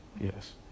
Yes